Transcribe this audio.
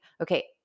okay